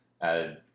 Added